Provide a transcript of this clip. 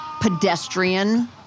pedestrian